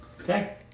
Okay